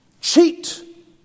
Cheat